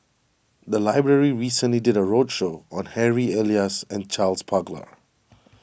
the library recently did a roadshow on Harry Elias and Charles Paglar